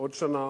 עוד שנה.